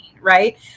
right